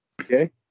Okay